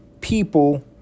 people